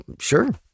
Sure